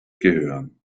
gehören